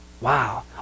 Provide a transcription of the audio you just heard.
Wow